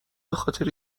بخاطر